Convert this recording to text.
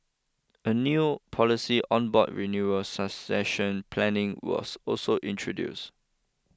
a new policy on board renewal succession planning was also introduced